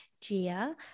Gia